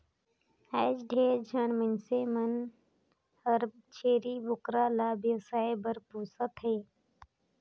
आयज ढेरे झन मइनसे मन हर छेरी बोकरा ल बेवसाय बर पोसत हें